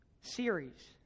series